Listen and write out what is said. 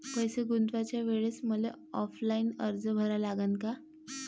पैसे गुंतवाच्या वेळेसं मले ऑफलाईन अर्ज भरा लागन का?